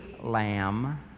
lamb